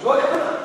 זו הכוונה.